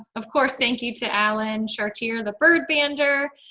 of course. thank you to allen chartier, the bird bander,